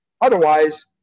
Otherwise